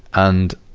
and,